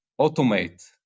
automate